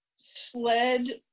sled